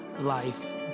life